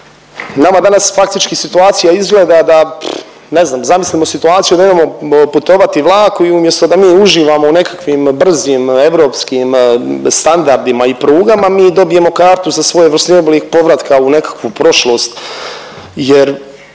nama danas faktički situacija izgleda da ne znam, zamislimo situaciju da idemo putovati vlakom i umjesto da mi uživamo u nekakvim brzim europskim standardima i prugama, mi dobijemo kartu za svojevrsni oblik povratka u nekakvu prošlost. Jer